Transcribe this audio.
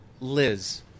Liz